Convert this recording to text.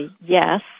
Yes